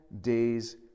days